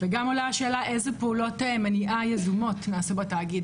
וגם עולה השאלה איזה פעולות מניעה יזומות נעשו בתאגיד,